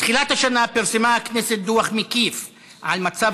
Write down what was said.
בתחילת השנה פרסמה הכנסת דוח מקיף על מצב